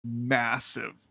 massive